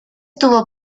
tuvo